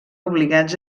obligats